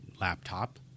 laptop